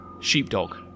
sheepdog